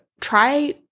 Try